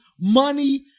money